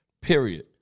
Period